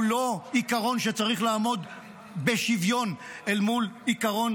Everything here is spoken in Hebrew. שהוא לא עיקרון שצריך לעמוד בשוויון אל מול עקרון